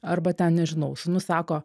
arba ten nežinau sūnus sako